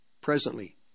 presently